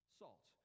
salt